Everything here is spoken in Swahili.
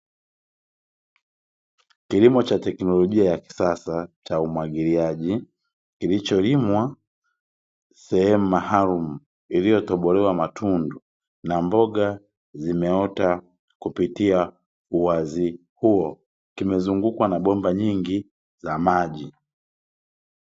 Kilimo cha teknolojia ya kisasa cha umwagiliaji, kilicholimwa sehemu maalumu iliyotobolewa matundu, na mboga zimeota kupitia uwazi huo. Kimezungukwa na bomba nyingi za maji.